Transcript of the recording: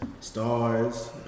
Stars